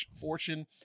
fortune